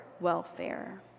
welfare